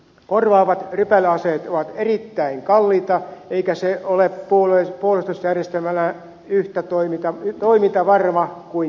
korvaavat rypäleaseet ovat erittäin kalliita eikä se ole puolustusjärjestelmänä yhtä toimintavarma kuin jalkaväkimiina